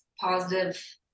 positive